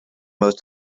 most